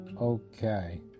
okay